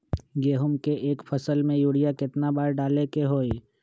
गेंहू के एक फसल में यूरिया केतना बार डाले के होई?